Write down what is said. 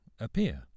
appear